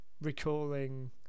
recalling